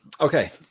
Okay